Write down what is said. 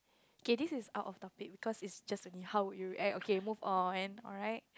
K this is out of topic because is just only how would you react okay move on alright